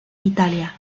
italia